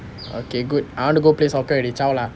okay good article place are graded zou liao